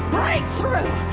breakthrough